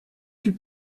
plus